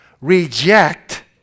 Reject